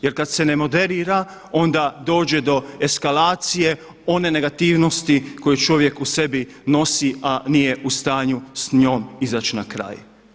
Jer kad se ne moderira onda dođe do eskalacije one negativnosti koju čovjek u sebi nosi, a nije u stanju s njom izaći na kraj.